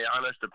honest